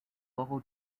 local